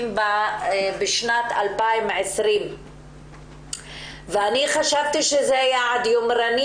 בשנת 2020. אני חשבתי שזה יעד יומרני,